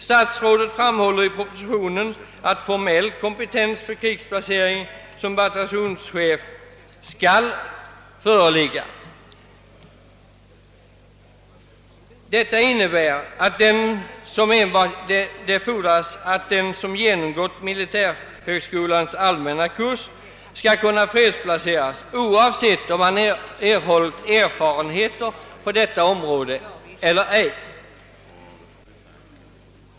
Statsrådet framhåller i propositionen att formell kompetens för krigsplacering som bataljonschef skall föreligga. Detta innebär att det fordras att den som genomgått militärhögskolans allmänna kurs får sådan fredsplacering oavsett om vederbörande erhållit erfarenheter på detta område.